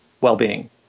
well-being